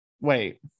Wait